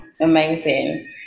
Amazing